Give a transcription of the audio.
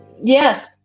Yes